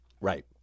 Right